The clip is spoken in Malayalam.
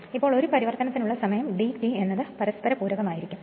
ഇപ്പോൾ ഒരു പരിവർത്തനത്തിനുള്ള സമയം dt എന്നത് പരസ്പരപൂരകം ആയിരിക്കും